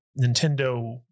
nintendo